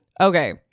Okay